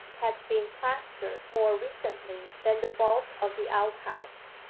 had been plastered more recently than the bulk of the outhouse.